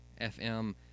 FM